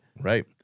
Right